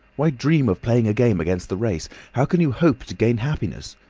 why dream of playing a game against the race? how can you hope to gain happiness?